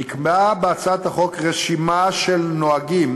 נקבעה בהצעת החוק רשימה של נהגים